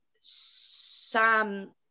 Sam